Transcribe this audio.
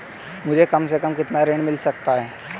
मुझे कम से कम कितना ऋण मिल सकता है?